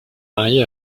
mariée